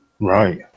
Right